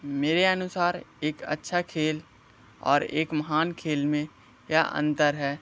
मेरे अनुसार एक अच्छा खेल और एक महान खेल में यह अंतर है